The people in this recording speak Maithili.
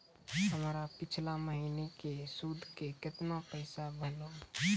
हमर पिछला महीने के सुध के केतना पैसा भेलौ?